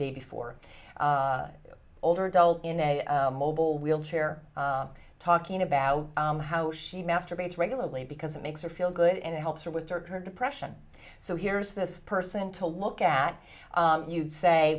day before older adult in a mobile wheelchair talking about how she masturbates regularly because it makes her feel good and it helps her with her depression so here's this person to look at you say